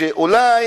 שאולי